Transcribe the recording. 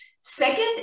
Second